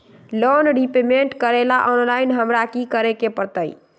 Loan repayment करेला online हमरा की करे के परतई?